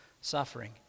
suffering